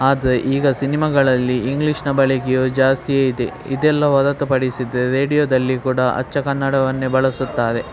ಆದರೆ ಈಗ ಸಿನಿಮಗಳಲ್ಲಿ ಇಂಗ್ಲೀಷ್ನ ಬಳಕೆಯು ಜಾಸ್ತಿಯೇ ಇದೆ ಇದೆಲ್ಲ ಹೊರತು ಪಡಿಸಿದರೆ ರೇಡ್ಯೋದಲ್ಲಿ ಕೂಡ ಅಚ್ಚ ಕನ್ನಡವನ್ನೇ ಬಳಸುತ್ತಾರೆ